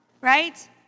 right